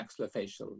maxillofacial